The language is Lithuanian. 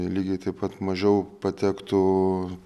lygiai taip pat mažiau patektų